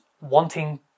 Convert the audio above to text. wanting